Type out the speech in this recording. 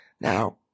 Now